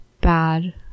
bad